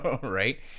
right